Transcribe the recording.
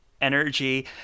energy